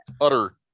utter